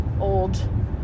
old